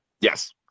Yes